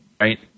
right